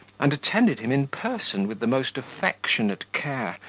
and attended him in person with the most affectionate care,